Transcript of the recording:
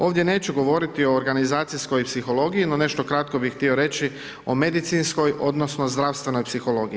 Ovdje neću govoriti o organizacijskoj psihologiji no nešto kratko bih htio reći o medicinskoj odnosno zdravstvenoj psihologiji.